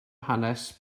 hanes